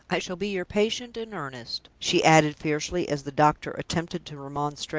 i shall be your patient in earnest! she added, fiercely, as the doctor attempted to remonstrate.